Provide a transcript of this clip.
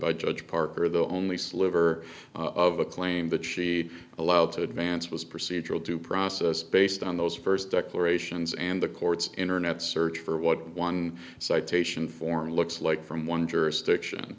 by judge parker the only sliver of a claim that she'd allowed to advance was procedural due process based on those first declarations and the court's internet search for what one citation form looks like from one jurisdiction